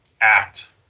act